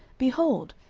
behold,